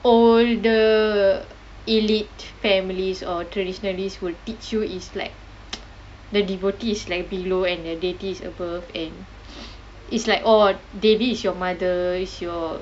older elite families or traditionalist will teach you is like the devotees like below and the deities above and it's like oh devi is your mother is your